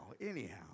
anyhow